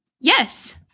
Yes